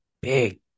big